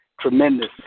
tremendous